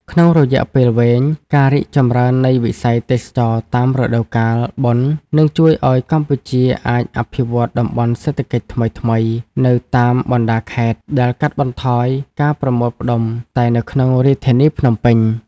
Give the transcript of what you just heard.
ក្នុងរយៈពេលវែង ការរីកចម្រើននៃវិស័យទេសចរណ៍តាមរដូវកាលបុណ្យ នឹងជួយឱ្យកម្ពុជាអាចអភិវឌ្ឍតំបន់សេដ្ឋកិច្ចថ្មីៗនៅតាមបណ្តាខេត្ត ដែលកាត់បន្ថយការប្រមូលផ្តុំតែនៅក្នុងរាជធានីភ្នំពេញ។